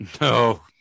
No